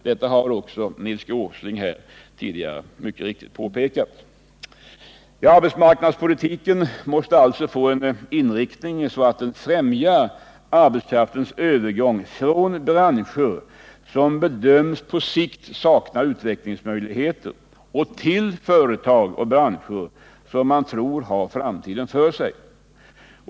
Detta har också Nils G. Åsling tidigare mycket riktigt påpekat. Arbetsmarknadspolitiken måste alltså få en sådan inriktning att den främjar arbetskraftens övergång från branscher som bedöms sakna utvecklingsmöjligheter på sikt till företag och branscher som man tror har framtiden för sig.